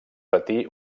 patir